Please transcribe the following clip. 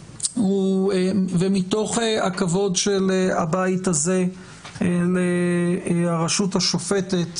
מתוך הכבוד של הבית הזה לרשות השופטת,